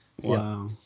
Wow